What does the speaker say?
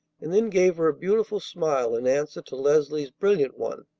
and then gave her a beautiful smile in answer to leslie's brilliant one.